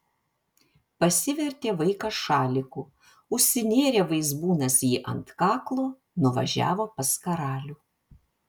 pasivertė vaikas šaliku užsinėrė vaizbūnas jį ant kaklo nuvažiavo pas karalių